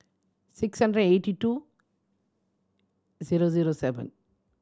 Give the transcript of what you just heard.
six hundred eighty two zero zero seven